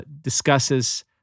discusses